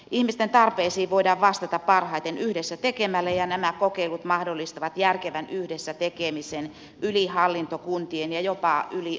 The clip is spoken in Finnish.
ihmisten tarpeisiin voidaan vastata parhaiten yhdessä tekemällä ja nämä kokeilut mahdollistavat järkevän yhdessä tekemisen yli hallintokuntien ja jopa yli organisaatiorajojen